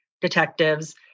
detectives